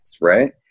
right